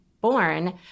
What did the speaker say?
born